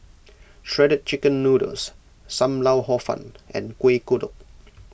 Shredded Chicken Noodles Sam Lau Hor Fun and Kueh Kodok